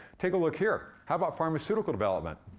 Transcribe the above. take a look here. how about pharmaceutical development?